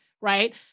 right